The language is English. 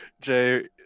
Jay